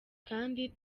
kandi